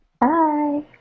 Bye